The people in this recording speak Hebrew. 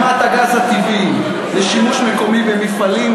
הזרמת הגז הטבעי לשימוש מקומי במפעלים,